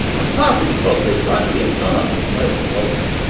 and partly because they gradually internalized american culture.